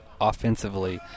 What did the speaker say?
offensively